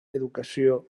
educació